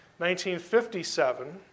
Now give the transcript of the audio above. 1957